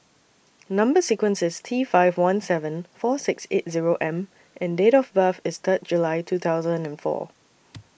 Number sequence IS T five one seven four six eight Zero M and Date of birth IS Third July two thousand and four